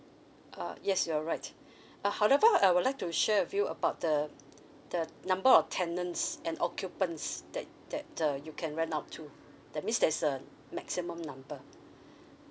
uh yes you're right ah however I would like to share with you about the the number of tenants and occupants that that uh you can rent out to that means there's a maximum number